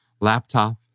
laptop